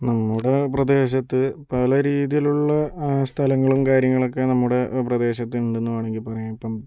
നമ്മുടെ പ്രദേശത്ത് പല രീതിയിലുള്ള സ്ഥലങ്ങളും കാര്യങ്ങളും ഒക്കെ നമ്മുടെ പ്രദേശത്ത് ഉണ്ട് എന്ന് വേണമെങ്കിൽ പറയാം ഇപ്പോൾ